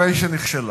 הרי שנכשלה.